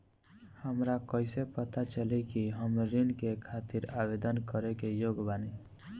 हमरा कइसे पता चली कि हम ऋण के खातिर आवेदन करे के योग्य बानी?